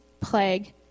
plague